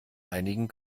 einigen